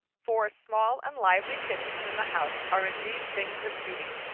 four small and lively kittens in the house are indeed things of beauty,